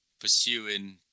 pursuing